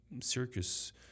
circus